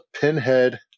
pinhead